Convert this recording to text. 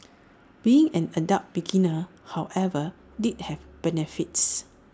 being an adult beginner however did have benefits